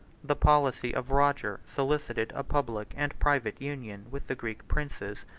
the policy of roger solicited a public and private union with the greek princes,